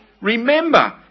Remember